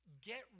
Get